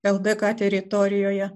ldk teritorijoje